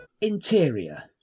interior